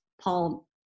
Paul